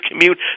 commute